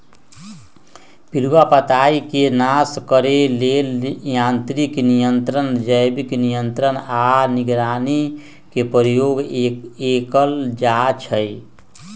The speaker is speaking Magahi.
पिलुआ पताईके नाश करे लेल यांत्रिक नियंत्रण, जैविक नियंत्रण आऽ निगरानी के प्रयोग कएल जाइ छइ